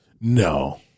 No